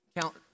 Count